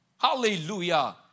Hallelujah